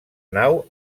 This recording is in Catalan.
nau